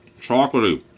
Chocolatey